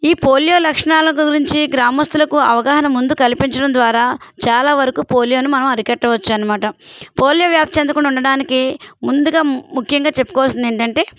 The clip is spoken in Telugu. ఈ పోలియో లక్షణాల గురించి గ్రామస్తులకు అవగాహన ముందు కల్పించడం ద్వారా చాలా వరకు పోలియోను మనం అరికట్టవచ్చు అన్నమాట పోలియో వ్యాప్తిచెందకుండా ఉండడానికి ముందుగా ముఖ్యంగా చెప్పుకోవాల్సింది ఏంటంటే